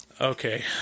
okay